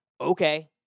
okay